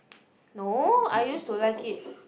no I used to like it